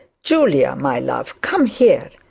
julia, my love, come here.